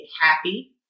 happy